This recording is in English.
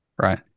right